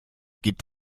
gibt